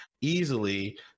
easily